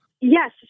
Yes